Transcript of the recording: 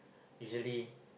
usually